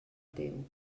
teu